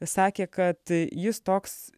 sakė kad jis toks